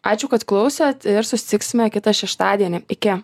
ačiū kad klausėt ir susitiksime kitą šeštadienį iki